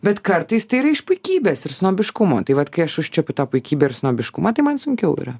bet kartais tai yra iš puikybės ir snobiškumo tai vat kai aš užčiuopiu tą puikybę ir snobiškumą tai man sunkiau yra